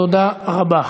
תודה רבה.